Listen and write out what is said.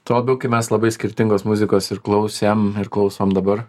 tuo labiau kai mes labai skirtingos muzikos ir klausėm ir klausom dabar